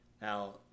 Now